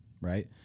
right